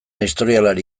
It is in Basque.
historialari